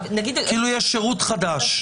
כאילו יש שירות חדש.